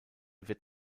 wird